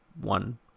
one